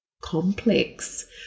complex